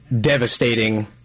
devastating